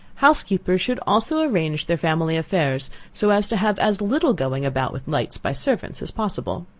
housekeepers should also arrange their family affairs so as to have as little going about with lights by servants as possible.